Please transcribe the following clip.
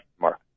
mark